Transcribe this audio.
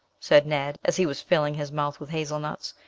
said ned, as he was filling his mouth with hazelnuts.